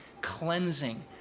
cleansing